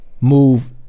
move